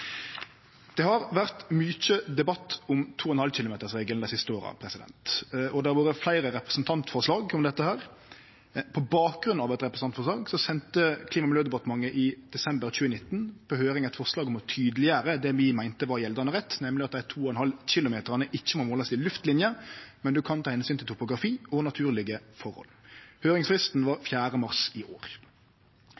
Det har vore mykje debatt om 2,5 km-regelen dei siste åra, og det har vore fleire representantforslag om dette. På bakgrunn av eit representantforslag sende Klima- og miljødepartementet i desember 2019 på høyring eit forslag om å tydeleggjere det vi meinte var gjeldande rett, nemleg at dei 2,5 km ikkje må målast i luftline, men at ein kan ta omsyn til topografi og naturlege forhold. Høyringsfristen var